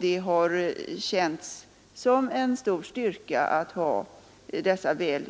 Det har känts som en stor styrka att ha dessa väl